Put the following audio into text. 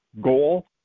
goal